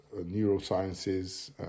neurosciences